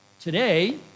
Today